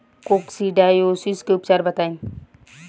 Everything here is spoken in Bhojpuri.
कोक्सीडायोसिस के उपचार बताई?